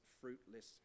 fruitless